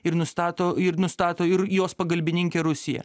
ir nustato ir nustato ir jos pagalbininkė rusija